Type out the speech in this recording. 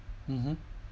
mmhmm